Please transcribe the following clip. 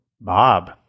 Bob